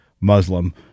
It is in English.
Muslim